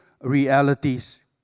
realities